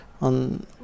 on